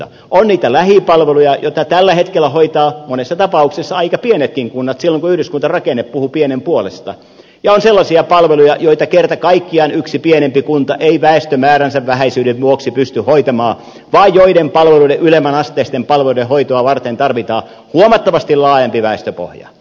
on niitä lähipalveluja joita tällä hetkellä hoitavat monessa tapauksessa aika pienetkin kunnat silloin kun yhdyskuntarakenne puhuu pienen puolesta ja on sellaisia palveluja joita kerta kaikkiaan yksi pienempi kunta ei väestömääränsä vähäisyyden vuoksi pysty hoitamaan vaan joiden palveluiden ylemmänasteisten palvelujen hoitoa varten tarvitaan huomattavasti laajempi väestöpohja